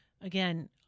Again